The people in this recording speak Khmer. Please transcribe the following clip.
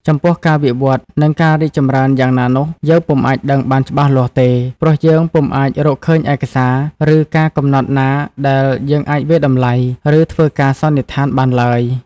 ចំពោះការវិវឌ្ឍន៍ និងការរីកចម្រើនយ៉ាងណានោះ យើងពុំអាចដឹងបានច្បាស់លាស់ទេ ព្រោះយើងពុំអាចរកឃើញឯកសារ ឬការកំណត់ណាដែល យើងអាចវាយតំលៃ ឬ ធ្វើការសន្និដ្ឋាន បានឡើយ ។